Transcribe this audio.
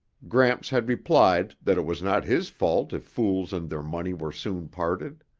gramps had replied that it was not his fault if fools and their money were soon parted.